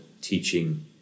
teaching